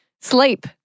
Sleep